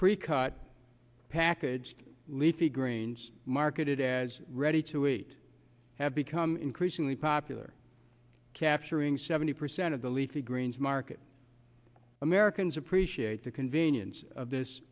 pre cut packaged leafy greens marketed as ready to eat have become increasingly popular capturing seventy percent of the leafy greens market americans appreciate the convenience of this